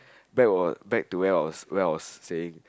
back was back to where I was where I was saying